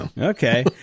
Okay